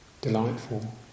delightful